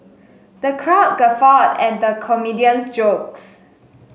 the crowd guffawed at the comedian's jokes